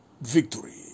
victory